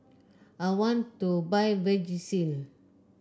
I want to buy Vagisil